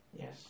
yes